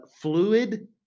fluid